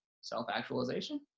self-actualization